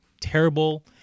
terrible